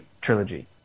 trilogy